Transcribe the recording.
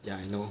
yeah I know